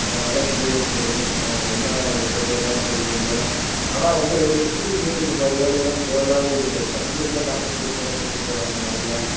அதனால் கேளுன்யிருக்குறேன் அவன் என்ன எப்போ கேட்பான்னு தெரியலிங்க சார் ஆனால் வந்து ஸ்கூலுக்கு இந்த மாதிரி வேலையெல்லாம் தேவை இல்லாததுங்க சார் படிக்கிறதுல கான்ஸன்ட்ரேஷன் பண்ண சொல்லுங்க சார் அவனை முதல்ல